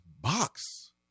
box